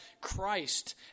Christ